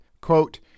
Quote